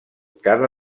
cada